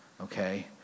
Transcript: okay